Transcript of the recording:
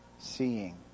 seeing